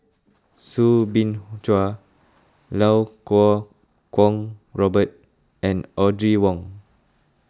Soo Bin Chua Lau Kuo Kwong Robert and Audrey Wong